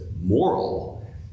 moral